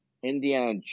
Indiana